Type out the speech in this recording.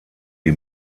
die